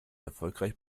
erfolgreich